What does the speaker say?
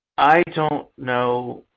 i don't know.